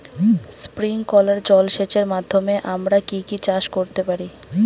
Sprinkler জলসেচের মাধ্যমে আমরা কি কি চাষ করতে পারি?